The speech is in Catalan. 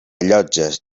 llotges